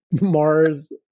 Mars